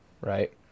Right